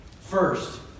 First